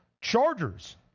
Chargers